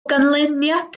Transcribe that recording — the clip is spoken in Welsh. ganlyniad